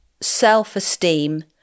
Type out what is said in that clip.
self-esteem